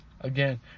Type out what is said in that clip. again